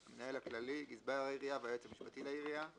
המנהל הכללי, גזבר העיריה והיועץ המשפטי לעיריה.